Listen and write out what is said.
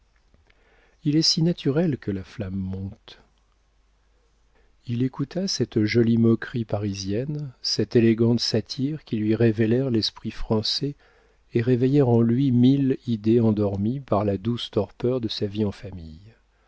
il est si naturel que la flamme monte il écouta cette jolie moquerie parisienne cette élégante satire qui lui révélèrent l'esprit français et réveillèrent en lui mille idées endormies par la douce torpeur de sa vie en famille